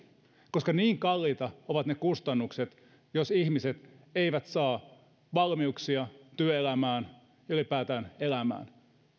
koska niin kalliita ovat ne kustannukset jos ihmiset eivät saa valmiuksia työelämään ylipäätään elämään